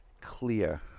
clear